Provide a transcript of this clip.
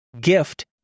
Gift